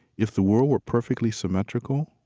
if the world were perfectly symmetrical,